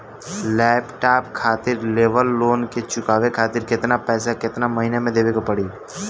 Laptop खातिर लेवल loan के चुकावे खातिर केतना पैसा केतना महिना मे देवे के पड़ी?